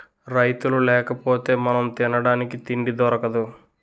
రైతులు లేకపోతె మనం తినడానికి తిండి దొరకదు